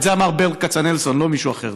את זה אמר ברל כצנלסון, לא מישהו אחר.